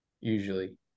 usually